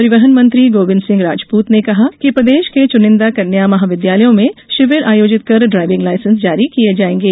परिवहन मंत्री गोविंद सिंह राजपूत ने कहा है कि प्रदेश के चुनिंदा कन्या महाविद्यालयों में शिविर आयोजित कर ड्रायविंग लायसेंस जारी किये जायेंगे